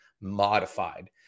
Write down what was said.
modified